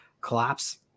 collapse